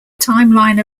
timeline